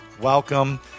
welcome